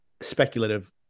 speculative